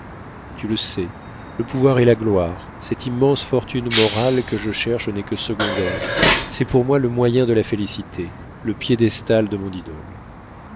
tu le sais le pouvoir et la gloire cette immense fortune morale que je cherche n'est que secondaire c'est pour moi le moyen de la félicité le piédestal de mon idole